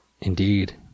Indeed